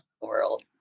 world